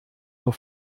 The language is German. nur